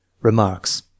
Remarks